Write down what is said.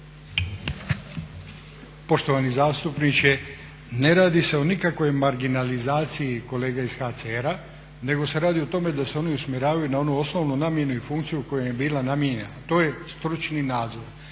Poštovani zastupniče, ne radi se o nikakvog marginalizaciji kolega iz HCR-a nego se radi o tome da se oni usmjeravaju na onu osnovnu namjenu i funkciju koja im je bila namijenjena a to je stručni nadzor.